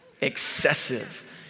excessive